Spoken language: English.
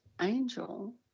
angel